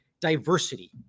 diversity